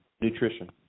nutrition